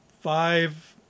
five